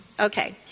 okay